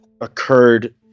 occurred